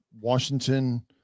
Washington